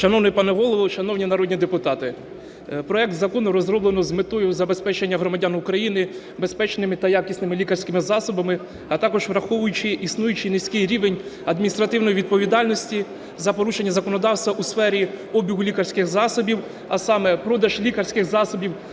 Шановний пане Голово, шановні народні депутати, проект закону розроблено з метою забезпечення громадян України безпечними та якісними лікарськими засобами, а також враховуючи існуючий низький рівень адміністративної відповідальності за порушення законодавства у сфері обігу лікарських засобів, а саме: продаж лікарських засобів